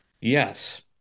Yes